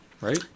right